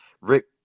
Rick